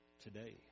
today